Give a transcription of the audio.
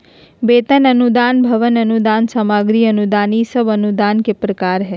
वेतन अनुदान, भवन अनुदान, सामग्री अनुदान ई सब अनुदान के प्रकार हय